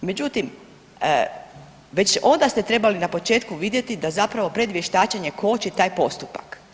Međutim, već onda ste trebali na početku vidjeti da zapravo predvještačenje koči taj postupak.